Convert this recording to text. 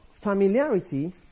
familiarity